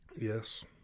Yes